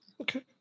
Okay